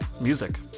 music